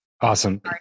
Awesome